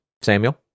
Samuel